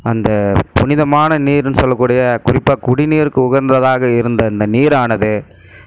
அந்த புனிதமான நீர்னு சொல்லக்கூடிய குறிப்பாக குடிநீருக்கு உகந்ததாக இருந்த அந்த நீர் ஆனது